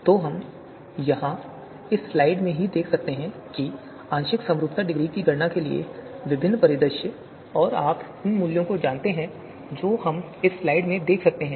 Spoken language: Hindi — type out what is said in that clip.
तो हम यहां इस स्लाइड में ही देख सकते हैं आंशिक समरूपता डिग्री की गणना के लिए विभिन्न परिदृश्य और आप उन मूल्यों को जानते हैं जो हम इस स्लाइड में देख सकते हैं